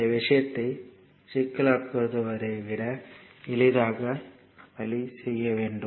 இந்த விஷயத்தை சிக்கலாக்குவதை விட எளிதான வழியை செய்ய வேண்டும்